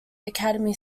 academy